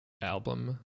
album